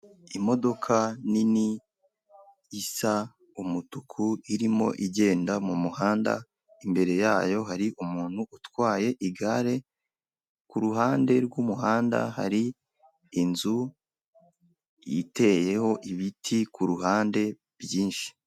Imodoka nini isa umutuku, irimo igenda mu muhanda, imbere yayo hari umuntu utwaye igare, ku ruhande rw'umuhanda hari inzu iteyeho ibiti ku ruhande byinshi.